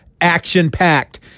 action-packed